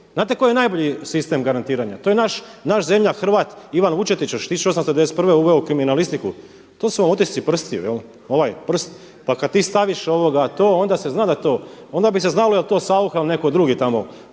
znate koji je najbolji sistem garantiranja? To je naš zemljak, Hrvat, Ivan Vučetić još 1891. uveo u kriminalistiku. To su vam otisci prstiju, prst, pa kada ti staviš to onda se zna da to, onda bi se znalo je li to Saucha ili netko drugi tamo